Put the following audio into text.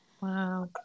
Wow